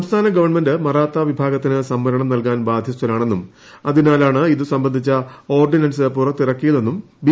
സംസ്ഥാന ഗവൺമെന്റ് മറാത്ത വിഭാഗത്തിന് സംവരണം നൽകാൻ ബാധ്യസ്ഥരാണെന്നും അതിനാലാണ് ഇത് സംബന്ധിച്ച ഓർഡിനൻസ് പുറത്തിറക്കിയതെന്നും ബി